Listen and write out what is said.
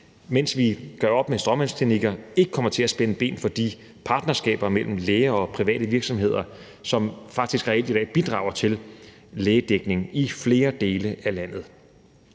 mens vi gør op med stråmandsklinikker, ikke kommer til at spænde ben for de partnerskaber mellem læger og private virksomheder, som faktisk reelt i dag bidrager til lægedækning i flere dele af landet.